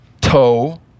toe